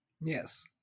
Yes